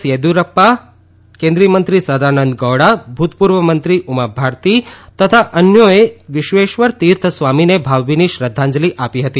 યેદીયુરપ્પા કેન્દ્રિય મંત્રી સદાનંદ ગૌડા ભૂતપૂર્વ મંત્રી ઉમાભારતી અને અન્યોએ વિશ્વેશ્વર તીર્થ સ્વામીને ભાવભીની શ્રદ્ધાંજલી આપી હતી